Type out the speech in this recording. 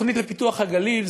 התוכנית לפיתוח הגליל,